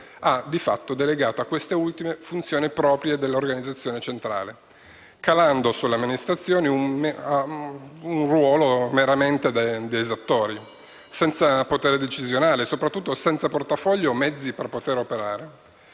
ha di fatto delegato a queste ultime funzioni proprie dell'organizzazione centrale, calando su di esso un ruolo meramente da esattori, senza potere decisionale e soprattutto senza portafoglio o mezzi per poter operare.